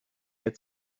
had